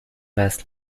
وصل